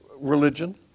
religion